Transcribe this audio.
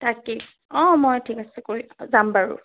তাকেই অঁ মই ঠিক আছে কৰি যাম বাৰু